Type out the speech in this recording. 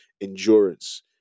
endurance